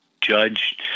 judge